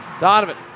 Donovan